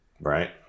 Right